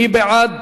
מי בעד?